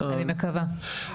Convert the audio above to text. אני מקווה.